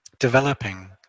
developing